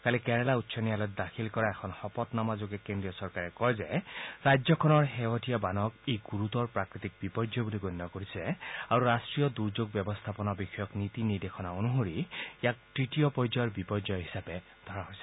কালি কেৰালা উচ্চ ন্যায়ালয়ত দাখিল কৰা এখন শপতনামাযোগে কেন্দ্ৰীয় চৰকাৰে কয় যে ৰাজ্যখনৰ শেহতীয়া বানৰ ই গুৰুতৰ প্ৰাকৃতি বিপৰ্যয় বুলি গণ্য কৰিছে আৰু ৰাষ্ট্ৰীয় দুৰ্যোগ ব্যৱস্থাপনা বিষয়ক নীতি নিৰ্দেশনা অনুসৰি ইয়াক তৃতীয় পৰ্যায়ৰ বিপৰ্যয় হিচাপে ধৰা হৈছে